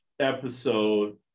episode